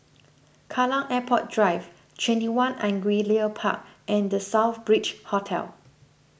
Kallang Airport Drive twenty one Angullia Park and the Southbridge Hotel